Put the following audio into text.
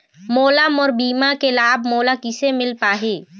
मोला मोर बीमा के लाभ मोला किसे मिल पाही?